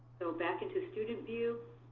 so back into student view.